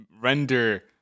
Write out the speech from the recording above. render